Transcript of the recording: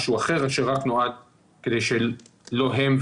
משהו אחר שרק נועד כדי שלא הם,